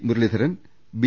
Muraleedharan B